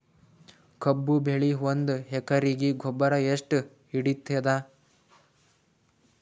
ಕಬ್ಬು ಬೆಳಿ ಒಂದ್ ಎಕರಿಗಿ ಗೊಬ್ಬರ ಎಷ್ಟು ಹಿಡೀತದ?